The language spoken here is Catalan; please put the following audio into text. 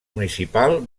municipal